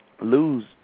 lose